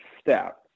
step